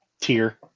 tier